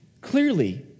clearly